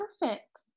Perfect